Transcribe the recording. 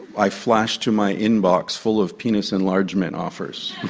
i flashed to my inbox full of penis enlargement offers,